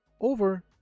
over